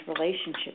relationship